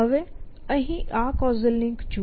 હવે અહીં આ કૉઝલ લિંક જુઓ